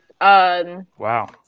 Wow